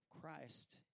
Christ